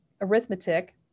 arithmetic